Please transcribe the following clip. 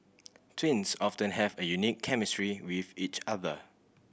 twins often have a unique chemistry with each other